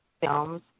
films